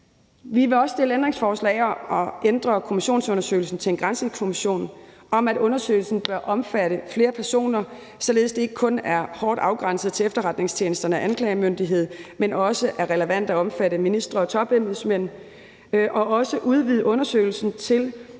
Vi vil også stille ændringsforslag om at ændre kommissionsundersøgelsen til en undersøgelse ved en granskningskommission og om, at undersøgelsen bør omfatte flere personer, således at det ikke er skarpt afgrænset til efterretningstjenesterne og anklagemyndigheden, men så det også er relevant at omfatte ministre og topembedsmænd, og også om at udvide undersøgelsen til